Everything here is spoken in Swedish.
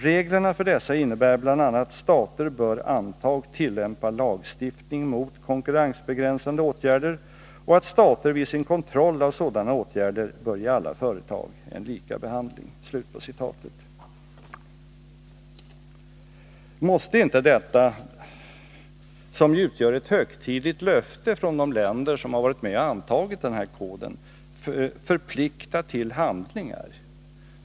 Reglerna för dessa innebär bl.a. att stater bör anta och tillämpa lagstiftning mot konkurrensbegränsande åtgärder och att stater vid sin kontroll av sådana åtgärder bör ge alla företag en lika behandling.” Måste inte detta, som ju utgör ett högtidligt löfte från de länder som har varit med och antagit den här koden, förplikta till handlingar?